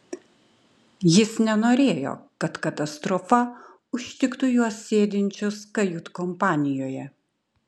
jis nenorėjo kad katastrofa užtiktų juos sėdinčius kajutkompanijoje